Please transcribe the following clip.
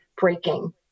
breaking